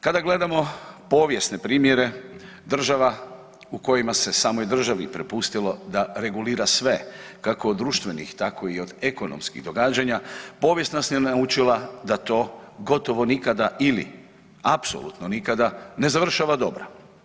Kada gledamo povijesne primjere država u kojima se samoj državi prepustilo da regulira sve kako od društvenih tako i od ekonomskih događanja, povijest nas je naučila da to gotovo nikada ili apsolutno nikada ne završava dobro.